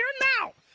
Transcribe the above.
um now!